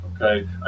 okay